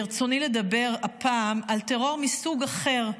ברצוני לדבר הפעם על טרור מסוג אחר,